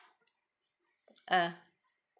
ah